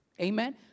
Amen